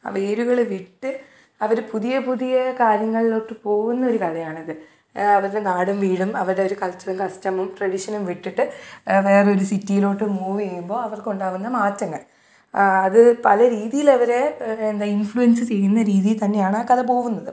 ആ വേരുകൾ വിട്ട് അവർ പുതിയ പുതിയ കാര്യങ്ങളിലോട്ട് പോകുന്നൊരു കഥയാണിത് അവരുടെ നാടും വീടും അവരുടെ ഒരു കൾച്ചറും കസ്റ്റമും ട്രഡീഷനും വിട്ടിട്ട് വേറൊരു സിറ്റീലോട്ട് മൂവ് ചെയ്യുമ്പോൾ അവർക്കുണ്ടാവുന്ന മാറ്റങ്ങൾ അത് പല രീതീലവരെ എന്താണ് ഇൻഫ്ലുവസ്സ് ചെയ്യുന്ന രീതിയിൽത്തന്നെയാണ് കഥ പോകുന്നത്